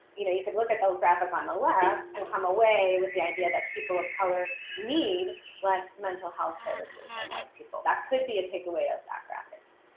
you know, you can look at the graphic on the left and come away with the idea that people of color need less mental health services than white people that could be a takeaway of that graphic.